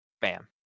bam